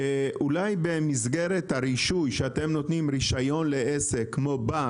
במסגרת הרישוי, כשאתם נותנים רישיון לעסק, כמו בר